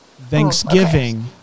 Thanksgiving